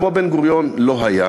כמו בן-גוריון לא היה.